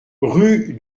rue